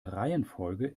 reihenfolge